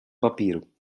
papíru